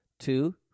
Two